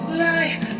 life